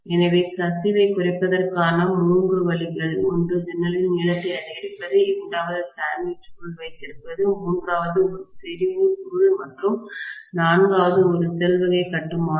எனவே கசிவைக் குறைப்பதற்கான மூன்று வழிகள் ஒன்று ஜன்னலின் நீளத்தை அதிகரிப்பது இரண்டாவது சாண்ட்விச் சுருள் வைத்திருப்பது மூன்றாவது ஒரு செறிவு சுருள் மற்றும் நான்காவது ஒரு ஷெல் வகை கட்டுமானம்